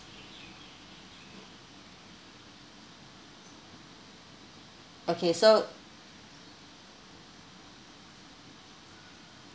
okay so